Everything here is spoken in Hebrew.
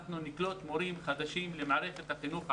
אנחנו נקלוט מורים חדשים למערכת החינוך הערבית.